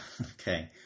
Okay